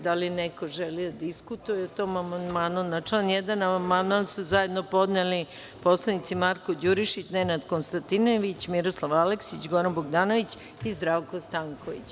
Da li neko želi da diskutuje o tom amandmanu. (Ne.) Na član 1. amandman su zajedno podneli poslanici Marko Đurišić, Nenad Konstantinović, Miroslav Aleksić, Goran Bogdanović i Zdravko Stanković.